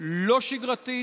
לא שגרתית,